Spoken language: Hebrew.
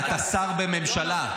-- אתה שר בממשלה.